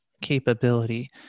capability